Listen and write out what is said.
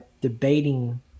debating